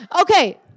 Okay